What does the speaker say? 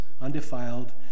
undefiled